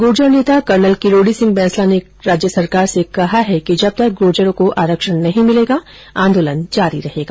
गुर्जर नेता कर्नल किरोड़ी सिंह बैसला ने राज्य सरकार से कहा है कि जब तक गुर्जरों को आरक्षण नहीं मिलेगा आंदोलन जारी रहेगा